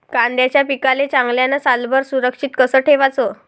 कांद्याच्या पिकाले चांगल्यानं सालभर सुरक्षित कस ठेवाचं?